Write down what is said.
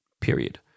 period